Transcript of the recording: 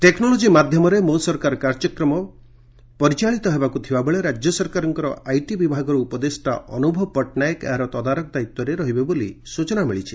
technology ମାଧ୍ୟମରେ ମୋ ସରକାର କାର୍ଯ୍ୟକ୍ରମ ପରିଚାଳିତ ହେବାକୁ ଥିବାବେଳେ ରାଜ୍ୟ ସରକାରଙ୍କ ଆଇଟି ବିଭାଗର ଉପଦେଷ୍ଟା ଅନୁଭବ ପଟ୍ଟନାୟକ ଏହାର ତଦାରଖ ଦାୟିତ୍ୱରେ ରହିବେ ବୋଲି ସ୍ଚନା ମିଳିଛି